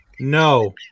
No